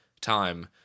time